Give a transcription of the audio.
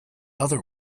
other